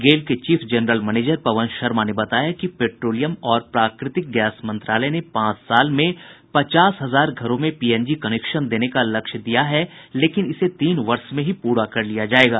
गेल के chief general manager Pawan Sharma ने बताया कि पेट्रोलियम और प्राकृतिक गैस मंत्रालय ने पांच साल में पचास हजार घरों में पीएनजी कनेक्शन देने का लक्ष्य दिया है लेकिन इसे तीन वर्ष में ही पूरा कर लिया जायेगा